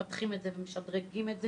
מפתחים את זה ומשדרגים את זה,